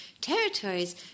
territories